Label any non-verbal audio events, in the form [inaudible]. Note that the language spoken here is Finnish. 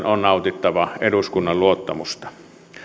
[unintelligible] on nautittava eduskunnan luottamusta